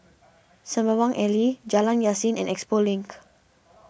Sembawang Alley Jalan Yasin and Expo Link